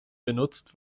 benutzt